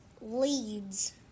leads